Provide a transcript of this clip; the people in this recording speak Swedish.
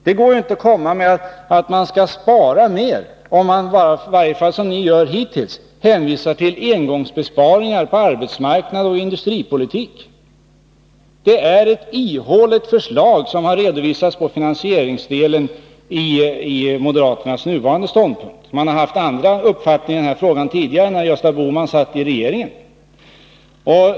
Det går inte att säga att man skall spara mer — i varje fall inte om man gör som ni har gjort hittills, hänvisar till engångsbesparingar på arbetsmarknadsoch industripolitiken. Moderaternas nu föreliggande förslag är ihåligt vad gäller finansieringsdelen. Moderaterna har haft andra åsikter i den här frågan tidigare, när Gösta Bohman satt i regeringen.